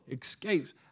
escapes